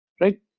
right